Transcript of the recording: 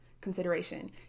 consideration